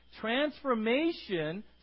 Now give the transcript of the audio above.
Transformation